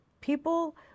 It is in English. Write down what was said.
people